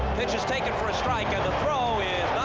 pitch is taken for a strike and the throw